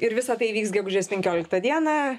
ir visa tai įvyks gegužės penkioliktą dieną